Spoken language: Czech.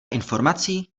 informací